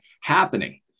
happening